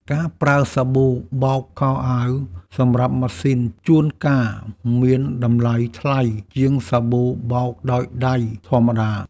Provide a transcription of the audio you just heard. ការប្រើសាប៊ូបោកខោអាវសម្រាប់ម៉ាស៊ីនជួនកាលមានតម្លៃថ្លៃជាងសាប៊ូបោកដោយដៃធម្មតា។